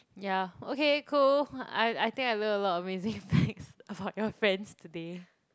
yeah okay cool I I think I learn a lot of amazing things from your friends today